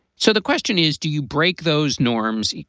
so the question is, do you break those norms?